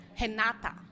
Renata